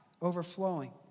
overflowing